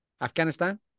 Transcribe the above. Afghanistan